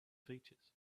features